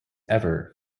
ever